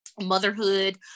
motherhood